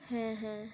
হ্যাঁ হ্যাঁ